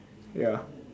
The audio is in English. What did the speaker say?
ya